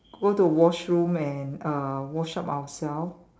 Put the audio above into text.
go to washroom and uh wash up ourselves